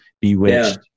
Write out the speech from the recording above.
Bewitched